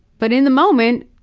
but in the moment,